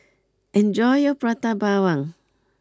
enjoy your Prata Bawang